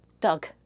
Doug